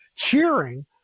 cheering